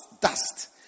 dust